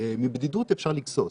מבדידות אפשר לגסוס.